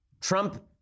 Trump